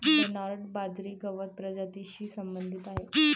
Bernard बाजरी गवत प्रजातीशी संबंधित आहे